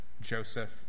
Joseph